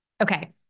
Okay